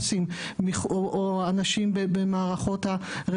מה הביא את עורווה ואנשים בקבוצה שלו להיות מי שהם.